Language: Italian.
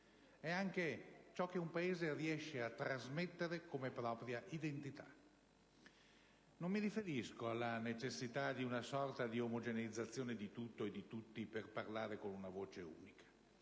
è anche ciò che un Paese riesce a trasmettere come propria identità. Non mi riferisco alla necessità di una sorta di omogeneizzazione di tutto e di tutti per parlare con una voce unica,